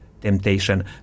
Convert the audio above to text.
temptation